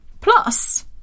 Plus